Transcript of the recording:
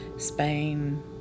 Spain